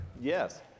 yes